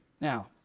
Now